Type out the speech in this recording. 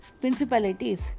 principalities